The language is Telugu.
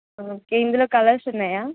ఓకే ఇందులో కలర్స్ ఉన్నాయా